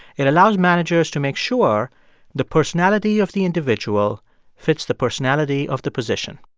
it allows managers to make sure the personality of the individual fits the personality of the position.